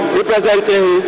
representing